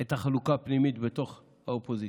את החלוקה הפנימית בתוך האופוזיציה.